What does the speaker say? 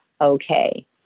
Okay